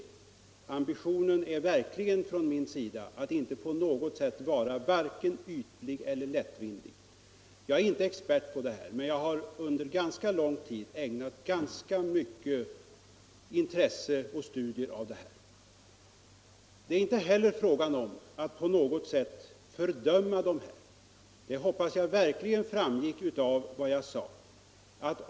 Min ambition är verkligen att inte vara vare sig ytlig eller lättvindig i sådana här sammanhang. Jag är inte expert på dessa frågor, men jag har under ganska lång tid ägnat mig rätt mycket åt att studera dessa intressanta företeelser. Här är det inte fråga om att fördöma dessa grupper. Det hoppas jag verkligen framgick av vad jag sade.